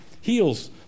heals